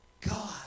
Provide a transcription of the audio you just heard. God